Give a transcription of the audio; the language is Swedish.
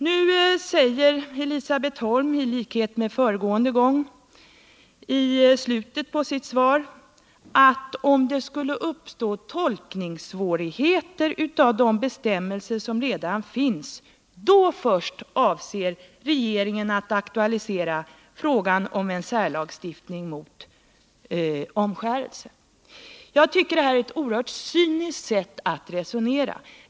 Nu säger Elisabet Holm, i likhet med föregående gång, i slutet av sitt svar, att om det skulle uppstå svårigheter att tolka de bestämmelser som redan finns— först då! — avser regeringen att aktualisera frågan om en särlagstiftning mot omskärelse. Jag tycker det är oerhört cyniskt att resonera på detta sätt.